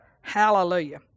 hallelujah